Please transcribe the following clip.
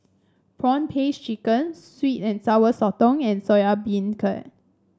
prawn paste chicken sweet and Sour Sotong and Soya Beancurd